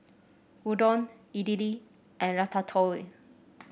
Gyudon Idili and Ratatouille